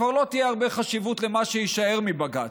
כבר לא תהיה הרבה חשיבות למה שיישאר מבג"ץ.